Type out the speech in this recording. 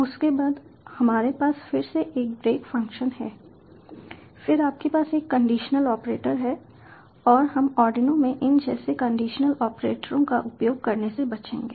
उसके बाद हमारे पास फिर से एक ब्रेक फ़ंक्शन है फिर आपके पास एक कंडीशनल ऑपरेटर है और हम आर्डिनो में इन जैसे कंडीशनल ऑपरेटरों का उपयोग करने से बचेंगे